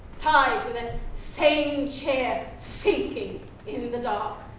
tied to that same chair, sinking in the dark.